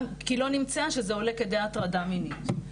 גם כי לא נמצא שזה עולה לכדי הטרדה מינית.